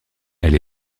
elle